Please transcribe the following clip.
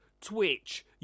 Twitch